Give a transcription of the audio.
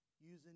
using